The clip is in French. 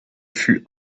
fut